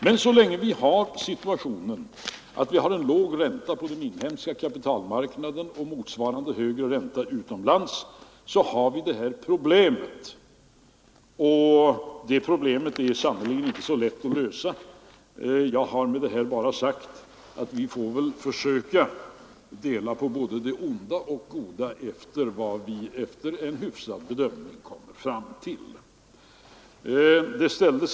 Men så länge vi har situationen att det är en låg ränta på den inhemska kapitalmarknaden och en högre ränta utomlands har vi det här problemet, och det är sannerligen inte så lätt att lösa. Jag har med det här bara sagt att vi väl får försöka dela på både det onda och det goda enligt vad vi efter en hygglig bedömning kommer fram till.